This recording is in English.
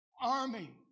army